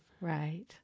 right